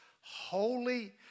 holy